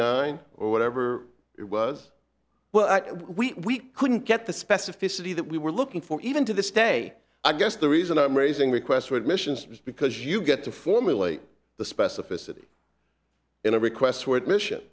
nine or whatever it was well we couldn't get the specificity that we were looking for even to this day i guess the reason i'm raising requests for admissions is because you get to formulate the specificity in a request for